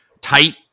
tight